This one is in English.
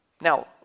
Now